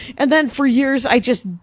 and then, for years, i just,